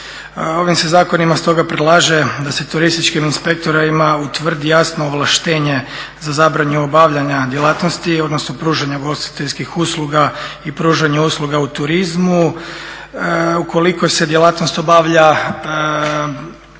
Ovim se zakonima stoga predlaže da se turističkim inspektorima utvrdi jasno ovlaštenje za zabranu obavljanja djelatnosti, odnosno pružanja ugostiteljskih usluga i pružanja usluga u turizmu, ukoliko se djelatnost obavlja,